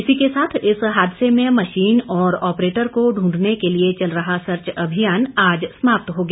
इसी के साथ इस हादसे में मशीन और ऑपरेटर को ढूंढने के लिए चल रहा सर्च अभियान आज समाप्त हो गया